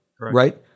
right